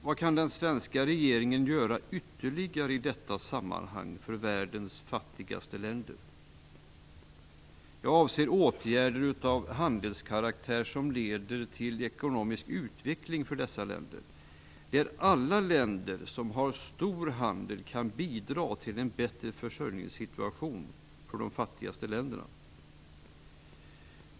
Vad kan den svenska regeringen göra ytterligare i detta sammanhang för världens fattigaste länder? Jag avser åtgärder av handelskaraktär som leder till ekonomisk utveckling för dessa länder och där alla länder som har stor handel kan bidra till en bättre försörjningssituation för de fattigaste länderna.